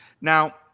Now